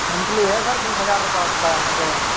monthly है sir बीस हज़ार रुपये उसका रेन्ट